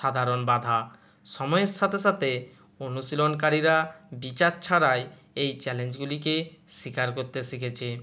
সাধারণ বাঁধা সময়ের সাথে সাথে অনুশীলনকারিরা বিচার ছাড়াই এই চ্যালেঞ্জগুলিকে স্বীকার করতে শিখেছে